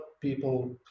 people